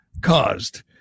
caused